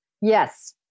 Yes